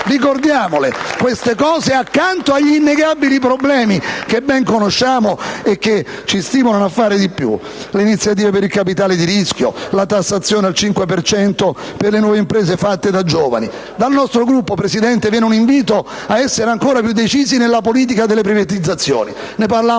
Ricordiamo queste misure accanto agli innegabili problemi che ben conosciamo e che ci stimolano a fare di più: come le iniziative per il capitale di rischio; la tassazione al 5 per cento per le nuove imprese fatte da giovani. Dal nostro Gruppo, Presidente, viene un invito ad essere ancora più decisi nella politica delle privatizzazioni. Ne parlavo in questi